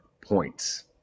points